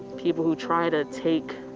people who try to take